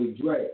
Dre